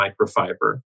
microfiber